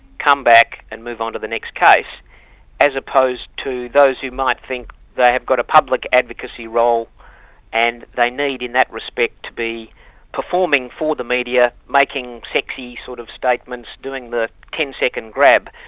come back and move on to the next case as opposed to those who might think they have got a public advocacy role and they need in that respect, respect, to be performing for the media, making sexy sort of statements, doing the ten second grab,